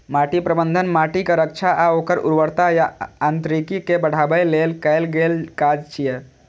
माटि प्रबंधन माटिक रक्षा आ ओकर उर्वरता आ यांत्रिकी कें बढ़ाबै लेल कैल गेल काज छियै